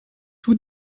tout